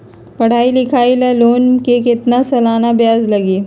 पढाई लिखाई ला लोन के कितना सालाना ब्याज लगी?